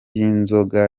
inzoga